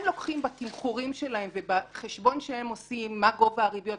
הם לוקחים בתמחורים שלהם ובחשבון שהם עושים מה גובה הריביות,